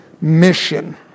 mission